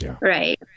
right